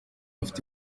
afite